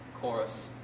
chorus